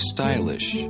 Stylish